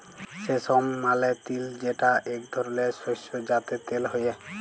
সেসম মালে তিল যেটা এক ধরলের শস্য যাতে তেল হ্যয়ে